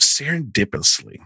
serendipitously